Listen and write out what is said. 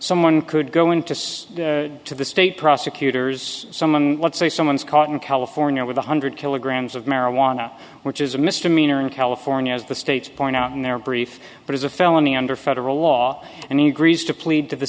someone could go into to the state prosecutors someone let's say someone's caught in california with one hundred kilograms of marijuana which is a misdemeanor in california as the states point out in their brief but it's a felony under federal law and he agrees to plead t